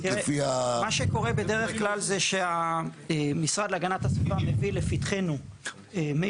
מה שקורה בדרך כלל זה שהמשרד להגנת הסביבה מביא לפתחנו מיזמים,